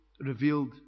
revealed